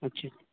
اچھا